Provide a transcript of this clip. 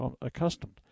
accustomed